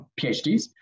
PhDs